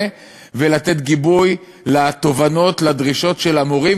ולתת גיבוי לתובנות ולדרישות של ההורים,